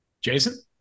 Jason